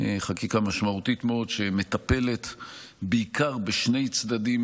חקיקה משמעותית מאוד שמטפלת בעיקר בשני צדדים